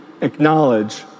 acknowledge